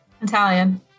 Italian